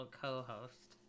co-host